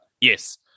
Yes